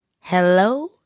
Hello